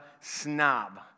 snob